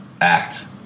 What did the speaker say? act